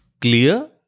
clear